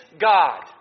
God